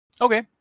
Okay